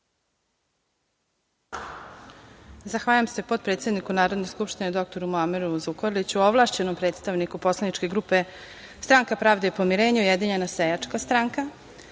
Zahvaljujem se potpredsedniku Narodne skupštine, dr Muameru Zukorliću, ovlašćenom predstavniku poslaničke grupe Stranka pravde i pomirenja - Ujedinjena seljačka